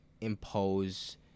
impose